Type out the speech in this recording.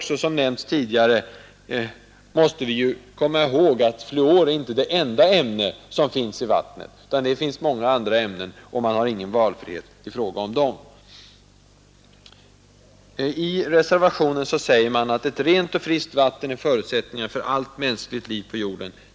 Som nämnts tidigare måste vi ju komma ihåg att fluor inte är det enda ämne som finns i vattnet utan det finns många andra ämnen och man har ingen valfrihet i fråga om dem. I reservationen säger man bl.a.: ”Ett rent och friskt vatten är förutsättningen för allt mänskligt liv på jorden.